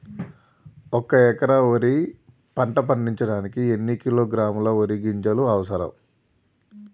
ఒక్క ఎకరా వరి పంట పండించడానికి ఎన్ని కిలోగ్రాముల వరి గింజలు అవసరం?